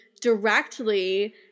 directly